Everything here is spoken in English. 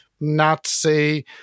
Nazi